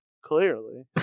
Clearly